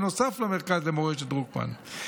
נוסף למרכז למורשת דרוקמן,